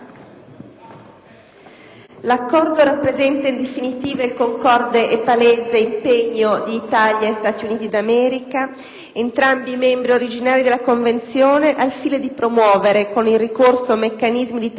entrambi membri originari della Convenzione, a promuovere, con il ricorso a meccanismi di trasparenza e cooperazione, le intese internazionali più significative nel campo dell'eliminazione delle armi di sterminio.